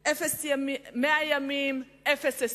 באמת, אי-אפשר לקחת לו את